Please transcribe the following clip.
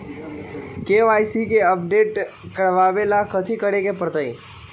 KYC के update करवावेला कथि करें के परतई?